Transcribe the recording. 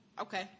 Okay